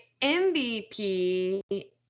MVP